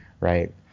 right